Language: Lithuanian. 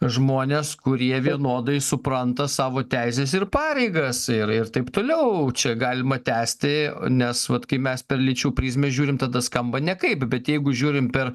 žmonės kurie vienodai supranta savo teises ir pareigas ir ir taip toliau čia galima tęsti nes vat kai mes per lyčių prizmę žiūrim tada skamba nekaip bet jeigu žiūrim per